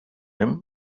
him